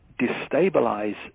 destabilize